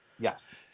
Yes